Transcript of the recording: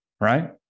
right